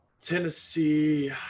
Tennessee –